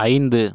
ஐந்து